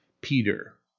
peter